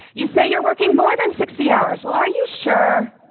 you say you're working more than sixty hours. well, are you sure?